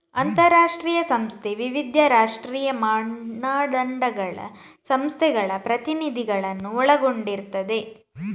ಅಂತಾರಾಷ್ಟ್ರೀಯ ಸಂಸ್ಥೆ ವಿವಿಧ ರಾಷ್ಟ್ರೀಯ ಮಾನದಂಡಗಳ ಸಂಸ್ಥೆಗಳ ಪ್ರತಿನಿಧಿಗಳನ್ನ ಒಳಗೊಂಡಿರ್ತದೆ